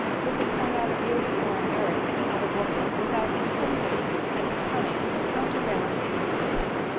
who can point out a beauty or a merit in another woman without insinuating at the time a counterbalancing defect.